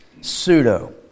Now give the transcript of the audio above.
pseudo